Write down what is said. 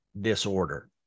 disorder